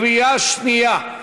קריאה שנייה.